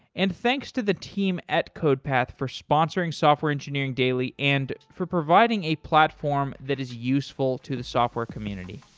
and thanks to the team at codepath for sponsoring software engineering daily and for providing a platform that is useful to the software community